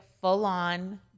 full-on